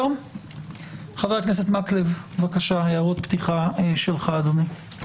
חבר הכנסת מקלב, בבקשה, הערות פתיחה שלך, אדוני.